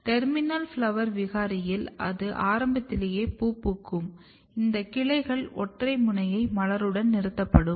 TERMINAL FLOWER விகாரியில் அது ஆரம்பத்திலேயே பூ பூக்கும் இந்த கிளைகள் ஒற்றை முனைய மலருடன் நிறுத்தப்படும்